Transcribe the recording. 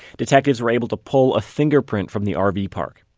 detectives were able to pull a fingerprint from the ah rv yeah park.